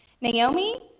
Naomi